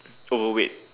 oh wait